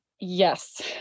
Yes